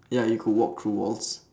ya you could walk through walls